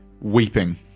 Weeping